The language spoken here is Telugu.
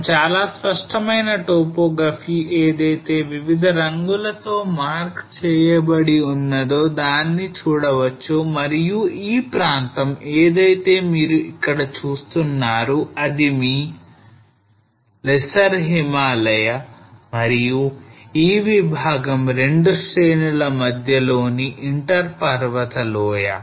మనం చాలా స్పష్టమైన topography ఏదైతే వివిధ రంగులతో మార్కె చేయబడి ఉన్నదో దానిని చూడవచ్చు మరియు ఈ ప్రాంతం ఏదైతే మీరు ఇక్కడ చూస్తున్నారు అది మీ lesser హిమాలయ మరియు ఈ విభాగం 2 శ్రేణుల మధ్యలోని inter పర్వత లోయ